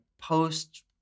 post